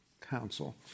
council